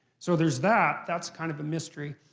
so there's that, that's kind of a mystery.